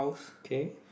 okay